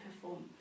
perform